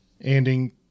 ending